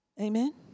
Amen